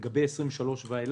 לגבי 2023 ואילך